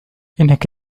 إنك